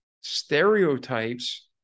stereotypes